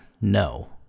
no